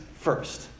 first